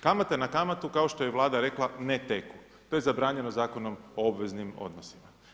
Kamata na kamatu kao što je Vlada rekla ne teku, to je zabranjeno Zakonom o obveznim odnosima.